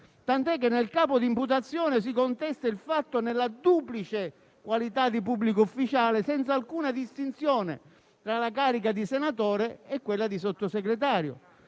Tant'è che nel capo di imputazione si contesta il fatto nella duplice qualità di pubblico ufficiale, senza alcuna distinzione tra la carica di senatore e quella di Sottosegretario.